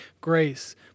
grace